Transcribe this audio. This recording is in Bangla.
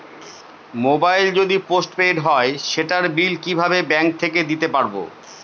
মোবাইল যদি পোসট পেইড হয় সেটার বিল কিভাবে ব্যাংক থেকে দিতে পারব?